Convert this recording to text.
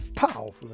powerful